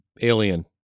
Alien